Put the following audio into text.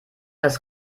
das